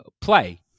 play